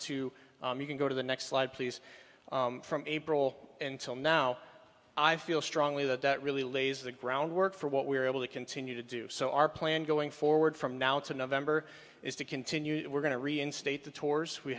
to you can go to the next slide please from april and till now i feel strongly that that really lays the groundwork for what we're able to continue to do so our plan going forward from now to november is to continue we're going to reinstate the tours we